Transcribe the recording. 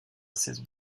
saison